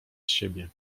siebie